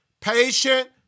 Patient